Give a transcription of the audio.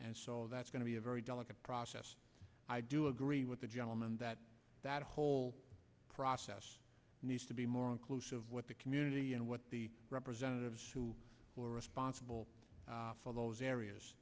and so that's going to be a very delicate process i do agree with the gentleman that that whole process needs to be more inclusive with the community and what the representatives who were responsible for those areas